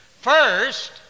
first